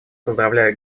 поздравляю